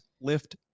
lift